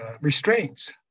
restraints